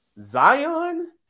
Zion